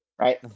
right